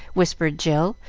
whispered jill,